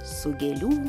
su gėlių